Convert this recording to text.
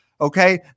Okay